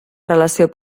relació